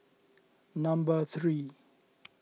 number three